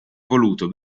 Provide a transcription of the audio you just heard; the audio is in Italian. voluto